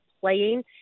playing